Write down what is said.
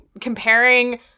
comparing